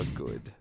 good